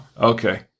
Okay